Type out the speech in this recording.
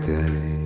day